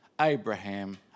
Abraham